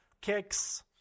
kicks